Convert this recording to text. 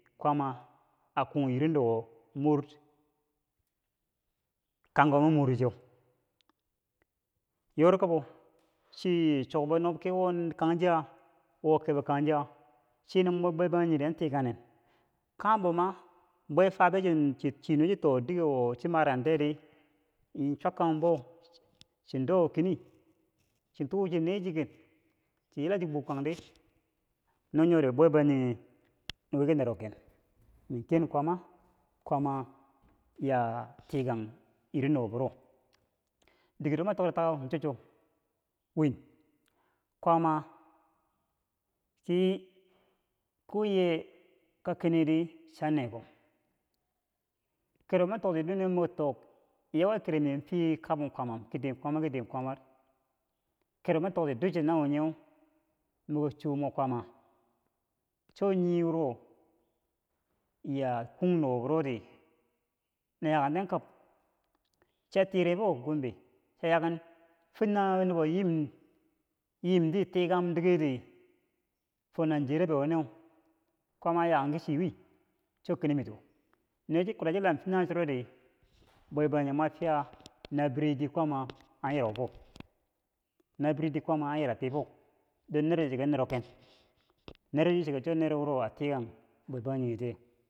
Kwaama a kung irin do wo mor kanghewo mi more che yori ka bou chi chok bou nob kin wo niikangchek wo kebo kangchek chiye no mo bwe bangjingheri an tikangnen kanghembo ma bwe fabe chi chi nuwe chi too dikewo chi marang tiyeri chwakkanghu bou chi do keni chi to chi nechi ken chi yela chi bukangti no nyori bwe bangjinghe wi ki nero ken min ken kwaama, kwaama yaaaa tikang irin nubo biro dikere ma tokti tokau cho chwo win, kwaama ki- ko ye ka kenedi cha nekom kero ma tokki duweneu motok yawa kere miu ke kabum kwaamam kiden kwaamak ki den kwaama kero ma tokti ker ma tokti duche nawo nye wom toomo kwaama kero ma toki ducce nawo nyeu, moki chomo kwaama, cho nii wuro ya kung nubo burori na yaten kab chia tiire fo Gombe, chia yaken fentanghe wonubo yiim yimti tikanghem diketi fo Nigeria be nin kwaama a yaken ki chi win cho kenimito win no chi kuta chi lam fintane churo di dii bwebangjinghe mo fiya na bire dii kwaama an yirau fo nabire dii kwaama an yirau ti fo don merire ki mere na ken don cho nero wuro a tikanghe bwe bangjinghetiye.